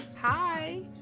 hi